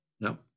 No